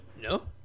No